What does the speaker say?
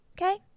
Okay